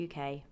UK